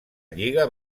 lliga